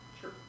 Sure